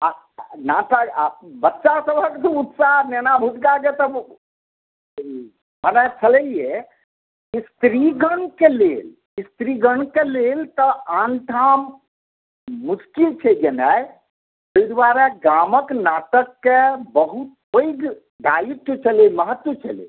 आ बच्चा सबहक उत्साह नैना भुटका के तऽ मने छलैहे स्त्रीगण के लेल स्त्रीगण के लेल तऽ आन ठाम मुश्किल छै गेनाइ ताहि दुआरे गामक नाटक के बहुत पैग दायित्व छलै महत्व छलै